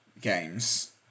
games